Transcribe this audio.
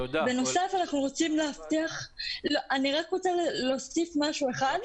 אני רוצה להוסיף רק משהו אחד.